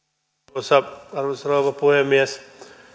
arvoisa arvoisa rouva puhemies